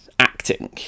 acting